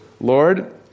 Lord